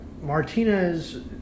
Martinez